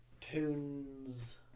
tunes